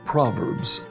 Proverbs